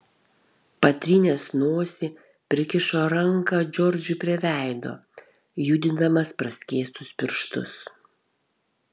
patrynęs nosį prikišo ranką džordžui prie veido judindamas praskėstus pirštus